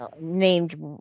named